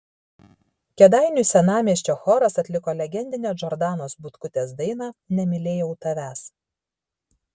kėdainių senamiesčio choras atliko legendinę džordanos butkutės dainą nemylėjau tavęs